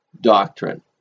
doctrine